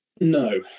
no